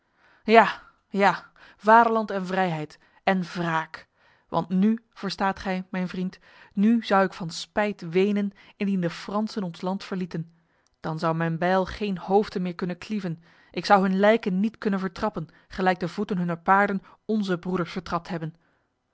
ja ja vaderland en vrijheid en wraak want nu verstaat gij mijn vriend nu zou ik van spijt wenen indien de fransen ons land verlieten dan zou mijn bijl geen hoofden meer kunnen klieven ik zou hun lijken niet kunnen vertrappen gelijk de voeten hunner paarden onze broeders vertrapt hebben